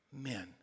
men